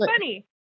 funny